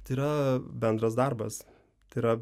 tai yra bendras darbas tai yra